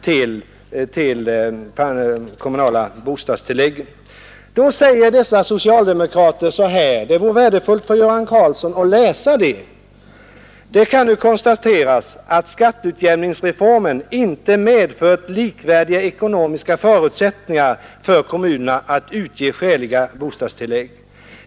Då säger dessa motionerande socialdemokrater så här, vilket jag tycker vore värdefullt för Göran Karlsson att läsa: ”Det kan nu konstateras att skatteutjämningsreformen inte medfört likvärdiga ekonomiska förutsättningar för kommunerna att utge skäliga bostadstillägg.